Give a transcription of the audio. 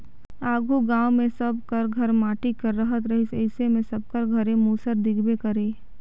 आघु गाँव मे सब कर घर माटी कर रहत रहिस अइसे मे सबकर घरे मूसर दिखबे करे